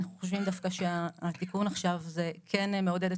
אנחנו חושבים שהתיקון עכשיו כן מעודד את